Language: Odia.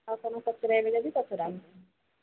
ଆଉ କ'ଣ ପଚାରାଇବେ ଯଦି ପଚାରନ୍ତୁ